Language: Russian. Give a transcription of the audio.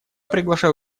приглашаю